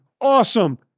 Awesome